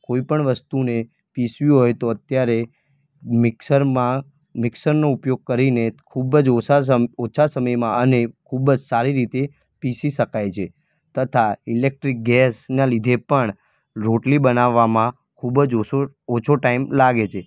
કોઈ પણ વસ્તુને પીસવી હોય તો અત્યારે મિક્સરમાં મિક્સરનો ઉપયોગ કરીને ખૂબ જ ઓછા સ ઓછા સમયમાં અને ખૂબ જ સારી રીતે પીસી શકાય છે તથા ઈલેક્ટ્રિક ગેસના લીધે પણ રોટલી બનાવવામાં ખૂબ જ ઓછો ઓછો ટાઈમ લાગે છે